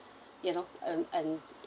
you know and and